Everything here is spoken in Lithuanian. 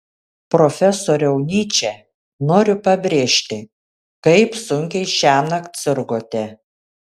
profesoriau nyče noriu pabrėžti kaip sunkiai šiąnakt sirgote